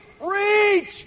Reach